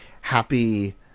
happy